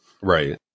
Right